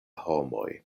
homoj